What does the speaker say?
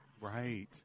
Right